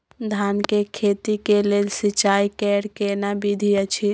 धान के खेती के लेल सिंचाई कैर केना विधी अछि?